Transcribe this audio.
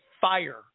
fire